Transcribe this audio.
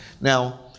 Now